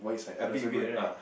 a bit weird right